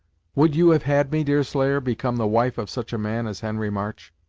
would you have had me, deerslayer, become the wife of such a man as henry march?